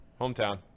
Hometown